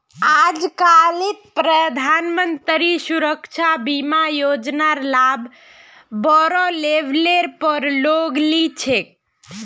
आजकालित प्रधानमंत्री सुरक्षा बीमा योजनार लाभ बोरो लेवलेर पर लोग ली छेक